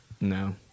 No